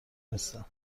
نیستم